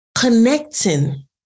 connecting